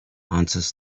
answers